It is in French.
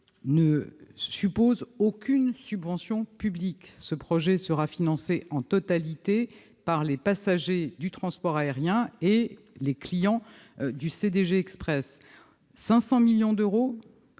ne suppose aucune subvention publique : il sera financé en totalité par les passagers du transport aérien et les clients du CDG Express. Au sein de